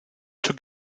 took